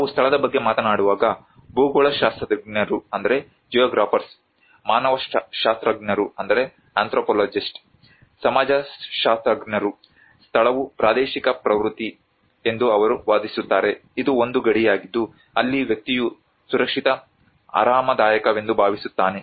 ನಾವು ಸ್ಥಳದ ಬಗ್ಗೆ ಮಾತನಾಡುವಾಗ ಭೂಗೋಳಶಾಸ್ತ್ರಜ್ಞರು ಮಾನವಶಾಸ್ತ್ರಜ್ಞರು ಸಮಾಜಶಾಸ್ತ್ರಜ್ಞರು ಸ್ಥಳವು ಪ್ರಾದೇಶಿಕ ಪ್ರವೃತ್ತಿ ಎಂದು ಅವರು ವಾದಿಸುತ್ತಾರೆ ಇದು ಒಂದು ಗಡಿಯಾಗಿದ್ದು ಅಲ್ಲಿ ವ್ಯಕ್ತಿಯು ಸುರಕ್ಷಿತ ಆರಾಮದಾಯಕವೆಂದು ಭಾವಿಸುತ್ತಾನೆ